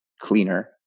cleaner